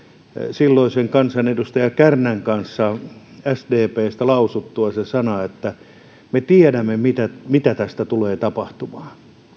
silloisen sdpn kansanedustajan kärnän kanssa lausuttua ne sanat että me tiedämme mitä mitä tästä tulee tapahtumaan